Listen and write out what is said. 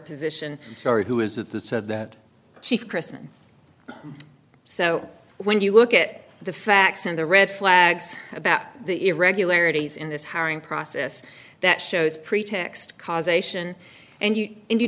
position or who is it that said that chief christman so when you look at the facts and the red flags about the irregularities in this hiring process that shows pretext cause ation and you and you